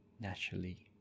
naturally